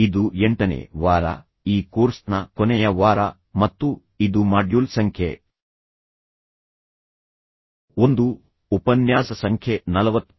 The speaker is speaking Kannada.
ಇದು ಎಂಟನೇ ವಾರ ಈ ಕೋರ್ಸ್ನ ಕೊನೆಯ ವಾರ ಮತ್ತು ಇದು ಮಾಡ್ಯೂಲ್ ಸಂಖ್ಯೆ 1 ಉಪನ್ಯಾಸ ಸಂಖ್ಯೆ 43 ಆಗಿದೆ